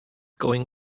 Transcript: going